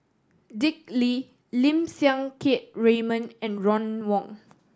Dick Lee Lim Siang Keat Raymond and Ron Wong